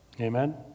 Amen